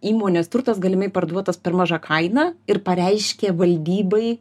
įmonės turtas galimai parduotas per maža kaina ir pareiškė valdybai